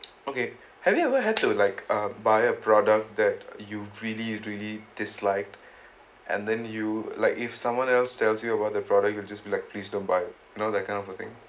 okay have you ever had to like uh buy a product that you really you really dislike and then you like if someone else tells you about the product you just be like please don't buy you know that kind of a thing